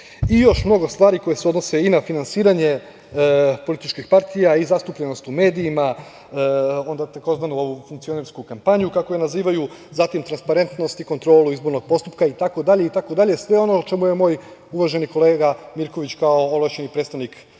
i još mnogo stvari koje se odnose i na finansiranje političkih partija i zastupljenost u medijima, onda tzv. funkcionersku kampanju, kako je nazivaju, zatim, transparentnost i kontrolu izbornog postupka itd, sve ono o čemu je moj uvaženi kolega Mirković kao ovlašćeni predstavnik naše